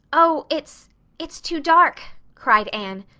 oh it's it's too dark, cried anne.